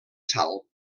sal